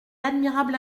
admirable